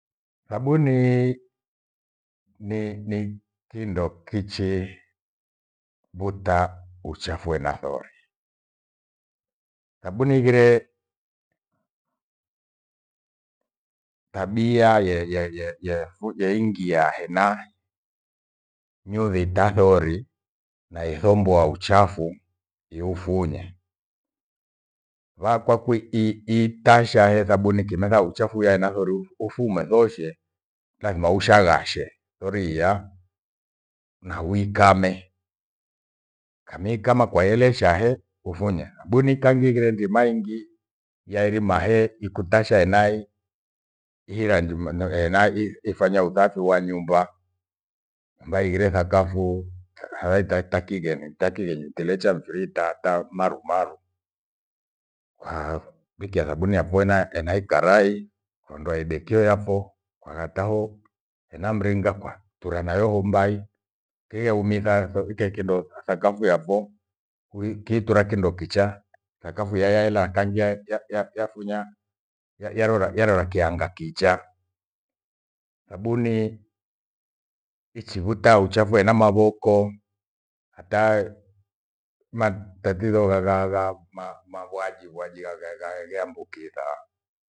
Thabuni ni- ni kindo kichi mbuta uchafu ena thori. Sabuni ighire tabia ya- ya- ya- yafu- yaingia hena nyuthi tasori yathomoa uchafu iufunya. Wakwa kui i- itasha he thabuni kenatha uchafu yaenathori ufume thoshe. Lazima ushaghashe thori iya na uwikame, kamiikama kwayelesha hee hufunya. Hambu nikangi ingire ndima ingi yairima he ikutasha enahi hira ndima- noenai ifanya uthafi wa nyumba. Nyumba ighire sakafu hala ita takigeni- takigeni tilecha mfiri tata marumaru. Kwawikia thabuni yapho ena- ena ikarai hondoa idekio yapho kwagha tao ena mringa kwa turenayo humbai tuyeumizatho ukae kindo thakafu yapho huiki tura kindo kicha. Thakafu yayaela hakangia ya- ya- yafunya yarora yarora kianga kicha. Thabuni ichivuta uchafu ena mavoko, hata matatizo gha- gha- gha- mavuaji wajiagha hegha hegea mbuki ikaha